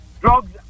drugs